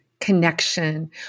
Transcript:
connection